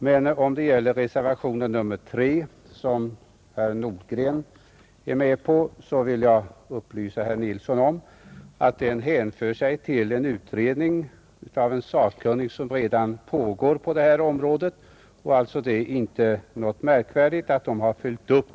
Men om han avsåg det särskilda yttrandet nr 3, som herr Nordgren har varit med om att underteckna, så vill jag upplysa herr Nilsson om att det hänför sig till en redan pågående utredning av en sakkunnig på detta område. Det är alltså inte något märkvärdigt att den saken har följts upp.